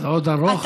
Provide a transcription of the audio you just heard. זה עוד ארוך?